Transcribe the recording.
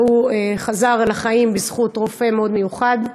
והוא חזר לחיים בזכות רופא מאוד מיוחד.